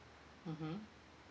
mmhmm